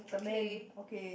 the men okay